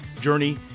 journey